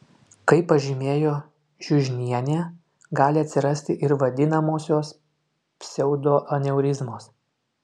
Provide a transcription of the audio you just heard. kaip pažymėjo žiužnienė gali atsirasti ir vadinamosios pseudoaneurizmos